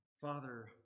Father